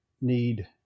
need